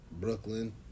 Brooklyn